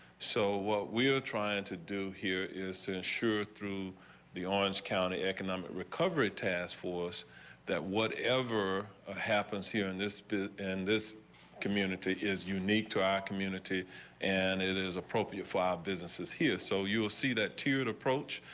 so what we're trying to do here is to ensure through the orange county economic recovery task force that what ever ah happens here in this booth and this community is unique to our community and it is appropriate five businesses here so you'll see that to approach.